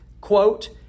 quote